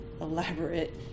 elaborate